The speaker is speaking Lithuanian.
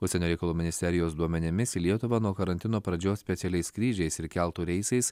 užsienio reikalų ministerijos duomenimis į lietuva nuo karantino pradžios specialiais skrydžiais ir keltų reisais